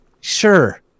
sure